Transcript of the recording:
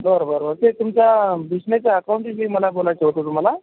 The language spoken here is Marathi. बरं बरं बरं ते तुमच्या बिशनेच्या अकाऊंटविषयी मला बोलायचं होतं तुम्हाला